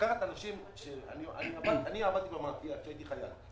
אני עבדתי במאפייה כשהייתי חייל.